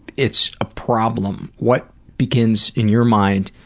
it's a problem. what begins, in your mind,